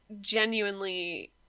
genuinely